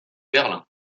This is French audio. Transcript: berlin